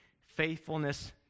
faithfulness